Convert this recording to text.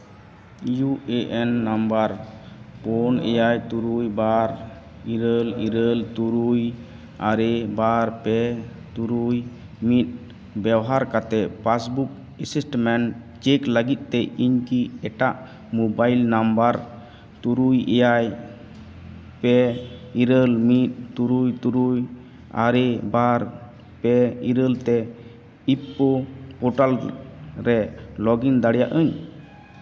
U A N number ᱯᱩᱱ ᱮᱭᱟᱭ ᱛᱩᱨᱩᱭ ᱵᱟᱨ ᱤᱨᱟᱹᱞ ᱤᱨᱟᱹᱞ ᱛᱩᱨᱩᱭ ᱟᱨᱮ ᱵᱟᱨ ᱯᱮ ᱛᱩᱨᱩᱭ ᱢᱤᱫ ᱵᱮᱵᱚᱦᱟᱨ ᱠᱟᱛᱮ ᱯᱟᱥᱵᱩᱠ ᱮᱥᱤᱥᱴᱮᱱᱴ ᱪᱮᱠ ᱞᱟᱹᱜᱤᱫ ᱛᱮ ᱤᱧᱠᱤ ᱮᱴᱟᱜ ᱢᱳᱵᱟᱭᱤᱞ ᱱᱟᱢᱵᱟᱨ ᱛᱩᱨᱩᱭ ᱮᱭᱟᱭ ᱯᱮ ᱤᱨᱟᱹᱞ ᱢᱤᱫ ᱛᱩᱨᱩᱭ ᱛᱩᱨᱩᱭ ᱟᱨᱮ ᱵᱟᱨ ᱯᱮ ᱤᱨᱟᱹᱞ ᱛᱮ ᱤᱯᱳ ᱯᱨᱚᱴᱟᱞ ᱨᱮ ᱞᱚᱜᱼ ᱤᱱ ᱫᱟᱲᱮᱭᱟᱜᱼᱟᱹᱧ